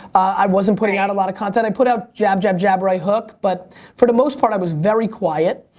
i wasn't putting out a lot of content. right. i put out jab, jab, jab, right hook but for the most part i was very quiet.